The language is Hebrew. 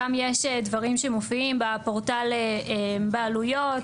גם יש דברים שמופיעים בפורטל בעלויות,